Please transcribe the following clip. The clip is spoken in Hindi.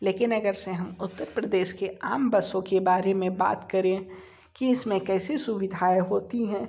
लेकिन अगर से हम उत्तर प्रदेश के आम बसों के बारे में बात करें कि इसमें कैसी सुविधाएँ होती हैं